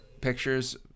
Pictures